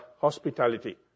hospitality